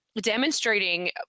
demonstrating